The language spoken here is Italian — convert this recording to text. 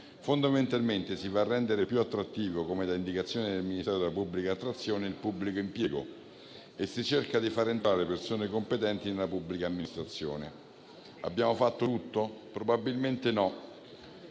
Fondamentalmente si va a rendere più attrattivo, come da indicazione del Ministero per la pubblica amministrazione, il pubblico impiego e si cerca di far entrare persone competenti nella pubblica amministrazione. Abbiamo fatto tutto? Probabilmente no,